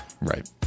Right